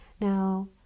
Now